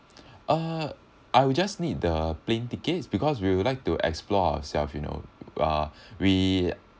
uh I will just need the plane tickets because we would like to explore ourselves you know uh we